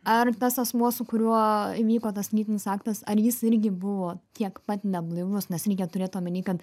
ar tas asmuo su kuriuo įvyko tas lytinis aktas ar jis irgi buvo tiek pat neblaivus nes reikia turėt omeny kad